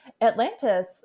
Atlantis